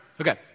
Okay